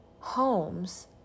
homes